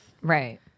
Right